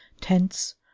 tents